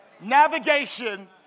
navigation